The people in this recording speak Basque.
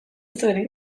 ziren